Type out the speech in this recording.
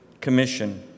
Commission